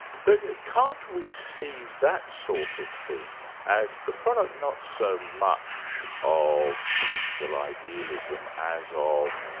but can't we see that sort of thing as the product, not so much of political idealism, as ah of